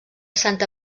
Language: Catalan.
santa